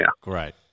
Great